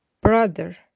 Brother